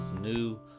new